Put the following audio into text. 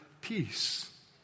peace